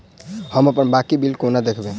हम अप्पन बाकी बिल कोना देखबै?